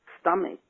stomach